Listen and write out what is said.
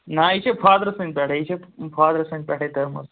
نَہ یہِ چھِ فادرٕ سٕنٛدۍ پٮ۪ٹھَے یہِ چھےٚ فادرٕ سٕنٛدۍ پٮ۪ٹھَے تٔرمٕژ